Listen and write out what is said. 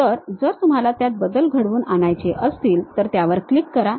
तर जर तुम्हाला त्यात बदल घडवून आणायचे असतील तर त्यावर क्लिक करा